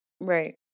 right